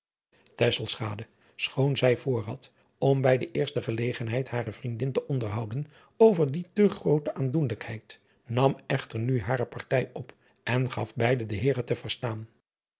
schoon zij voor had om bij de eerste gelegenheid hare vriendin te onderhouden over die te groote aandoenlijkheid nam echter nu hare partij op en gaf beide de heeren te verstaan